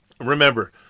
remember